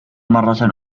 مرة